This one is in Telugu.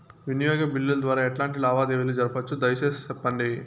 వినియోగ బిల్లుల ద్వారా ఎట్లాంటి లావాదేవీలు జరపొచ్చు, దయసేసి సెప్పండి?